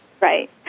right